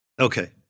Okay